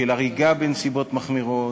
של הריגה בנסיבות מחמירות,